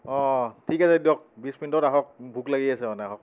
অঁ ঠিক আছে দিয়ক বিছ মিনিটত আহক ভোক লাগি আছে মানে আহক